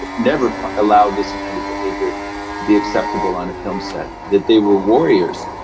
ah never allow this kind of behavior to be acceptable on a film set, that they were warriors.